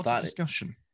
discussion